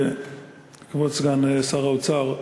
כבוד סגן שר האוצר: